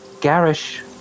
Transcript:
Garish